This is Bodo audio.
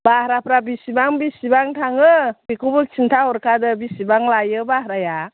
भाराफ्रा बेसेबां बेसेबां थाङो बेखौबो खिन्था हरखादो बेसेबां लायो भाराया